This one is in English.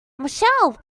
michelle